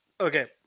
okay